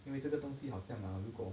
因为这个东西好像啊如果